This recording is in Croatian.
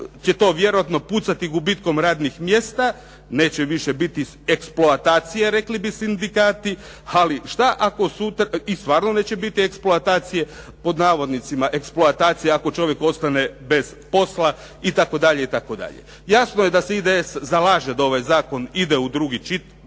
će to vjerojatno pucati gubitkom radnih mjesta, neće više biti eksploatacije rekli bi sindikati, i stvarno neće biti eksploatacije, "eksploatacije" ako čovjek ostane bez posla itd. Jasno je da se IDS zalaže da ovaj zakon ide u drugo